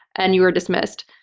and you were dismissed.